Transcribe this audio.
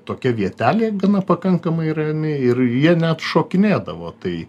tokia vietelė gana pakankamai rami ir jie net šokinėdavo tai